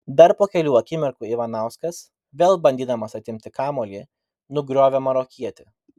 dar po kelių akimirkų ivanauskas vėl bandydamas atimti kamuolį nugriovė marokietį